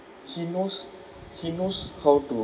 he knows he knows how to